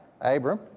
Abram